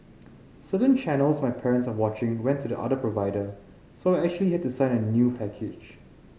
certain channels my parents are watching went to the other provider so I actually had to sign a new package